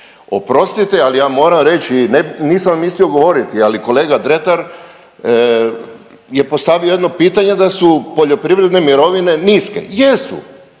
Oprostite, ali ja moram reći, nisam mislio govoriti, ali kolega Dretar je postavio jedno pitanje da su poljoprivredne mirovine niske, jesu,